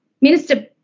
Minister